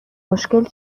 مشکل